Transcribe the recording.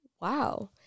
Wow